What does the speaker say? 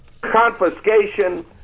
confiscation